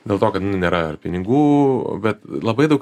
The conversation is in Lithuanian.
dėl to kad nėra pinigų bet labai daug